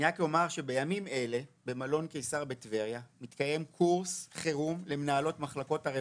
בימים אלה במלון קיסר בטבריה מתקיים קורס חירום למנהלות מחלקות הרווחה.